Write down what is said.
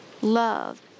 love